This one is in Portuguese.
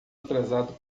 atrasado